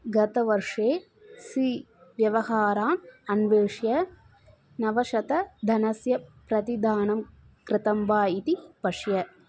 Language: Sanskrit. गतवर्षे सी व्यवहारान् अन्वेष्य नवशतं धनस्य प्रतिदानं कृतं वा इति पश्य